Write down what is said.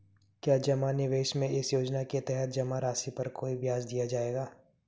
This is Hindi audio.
क्या जमा निवेश में इस योजना के तहत जमा राशि पर कोई ब्याज दिया जाएगा?